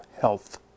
health